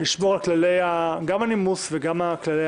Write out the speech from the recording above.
לשמור גם על כללי הנימוס וגם על ככלי